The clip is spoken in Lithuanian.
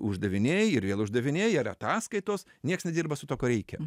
uždaviniai ir vėl uždaviniai ar ataskaitos nieks nedirba su tuo ko reikia